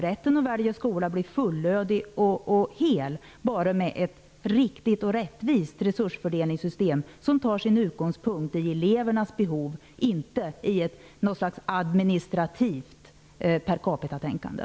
Rätten att välja skola blir tvärtom fullödig och hel bara med ett riktigt och rättvist resursfördelningssystem som har sin utgångspunkt i elevernas behov och inte i ett slags administrativt per capita-tänkande.